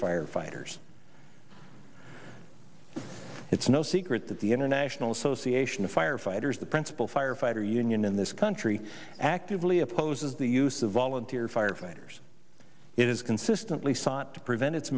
firefighters it's no secret that the international association of firefighters the principal firefighter union in this country actively opposes the use of volunteer firefighters it has consistently sought to prevent its